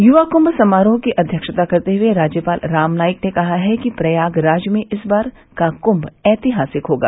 युवा कुंग समारोह की अध्यक्षता करते हुए राज्यपाल रामनाईक ने कहा कि प्रयागराज में इस बार का कुंम ऐतिहासिक होगा